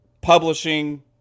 publishing